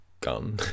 gun